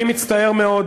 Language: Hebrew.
אני מצטער מאוד,